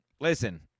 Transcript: listen